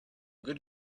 good